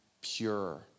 pure